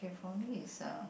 for me is uh